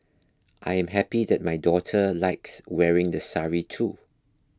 I am happy that my daughter likes wearing the sari too